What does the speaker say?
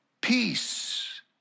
Peace